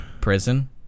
Prison